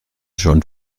schon